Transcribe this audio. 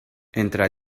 entre